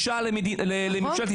חוסר תרבות של ממש.